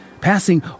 passing